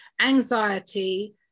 anxiety